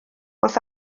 wrth